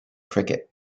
cricket